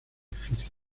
edificio